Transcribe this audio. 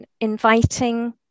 inviting